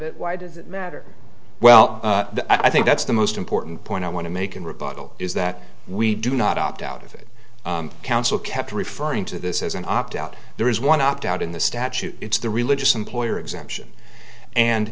it why does it matter well i think that's the most important point i want to make in rebuttal is that we do not opt out of it counsel kept referring to this as an opt out there is one opt out in the statute it's the religious employer exemption and